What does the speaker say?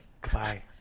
Goodbye